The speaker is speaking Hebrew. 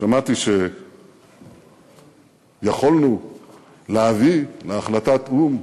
שמעתי שיכולנו להביא להחלטת או"ם